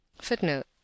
footnote